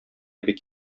бик